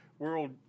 World